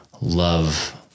love